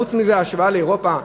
וחוץ מזה, ההשוואה לאירופה.